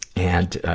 and, ah,